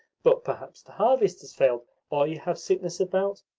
but perhaps the harvest has failed, or you have sickness about,